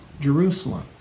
Jerusalem